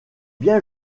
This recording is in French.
bien